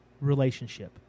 relationship